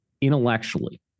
intellectually